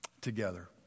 together